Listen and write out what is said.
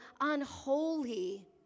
unholy